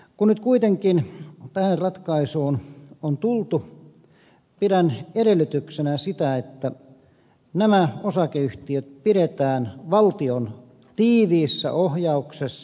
kun nyt kuitenkin tähän ratkaisuun on tultu pidän edellytyksenä sitä että nämä osakeyhtiöt pidetään valtion tiiviissä ohjauksessa